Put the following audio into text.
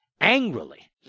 angrily